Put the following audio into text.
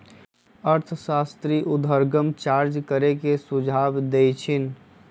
अर्थशास्त्री उर्ध्वगम चार्ज करे के सुझाव देइ छिन्ह